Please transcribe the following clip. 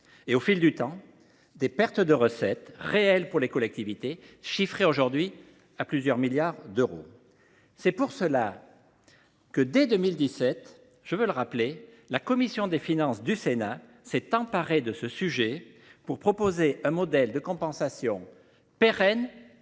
au fil du temps, par des pertes de recettes réelles pour les collectivités, chiffrées aujourd’hui à plusieurs milliards d’euros. C’est pour cela que, dès 2017 – je veux le rappeler –, la commission des finances du Sénat s’est emparée du sujet pour proposer un modèle de compensation pérenne